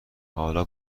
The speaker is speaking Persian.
حالا